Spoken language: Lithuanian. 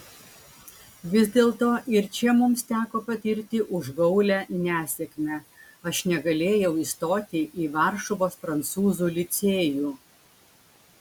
vis dėlto ir čia mums teko patirti užgaulią nesėkmę aš negalėjau įstoti į varšuvos prancūzų licėjų